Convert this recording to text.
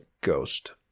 Ghost